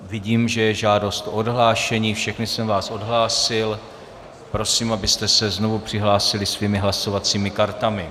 Vidím, že je žádost o odhlášení, všechny jsem vás odhlásil, prosím, abyste se znovu přihlásili svými hlasovacími kartami.